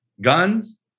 guns